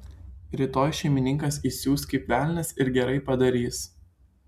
rytoj šeimininkas įsius kaip velnias ir gerai padarys